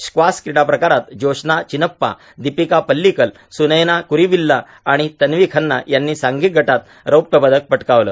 squash कीडा प्रकारात जोशना चिनप्पा दीपिका पल्लीकल सुनयना कुरीविल्ला आणि तन्वी खव्ना यांनी सांधिक गटात रौप्य पदक पटकावलं